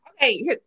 Okay